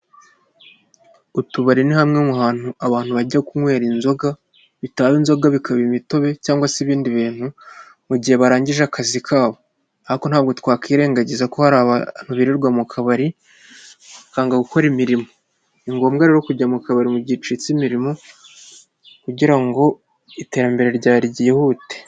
Utubari ni hamwe mu hantu abantu bajya kunywera inzoga, bitaba inzoga bikaba imitobe cyangwa se ibindi bintu mu gihe barangije akazi kabo ariko ntabwo twakirengagiza ko hari abantu birirwa mu kabari, bakanga gukora imirimo. Ni ngombwa rero kujya mu kabari mu gihe ucitse imirimo kugira ngo iterambere ryawe ryihute.